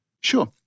Sure